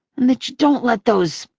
and that you don't let those,